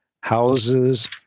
houses